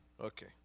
Okay